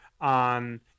on